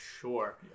sure